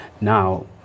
now